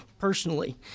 personally